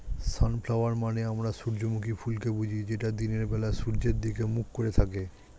sunflower মানে আমরা সূর্যমুখী ফুলকে বুঝি যেটা দিনের বেলায় সূর্যের দিকে মুখ করে থাকে